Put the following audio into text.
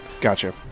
Gotcha